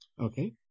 Okay